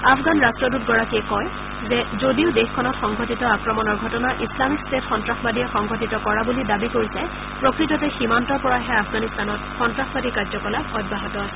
আফগান ৰট্টদৃত গৰাকীয়ে কয় যে যদিও দেশখনত সংঘটিত আক্ৰমণৰ ঘটনা ইছলামিক ষ্টেট সন্নাসবাদীয়ে সংঘটিত কৰা বুলি দাবী কৰিছে প্ৰকৃততে সীমান্তৰ পৰাহে আফগানিস্তানত সন্ত্ৰাসবাদী কাৰ্যকলাপ অব্যাহত আছে